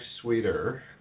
sweeter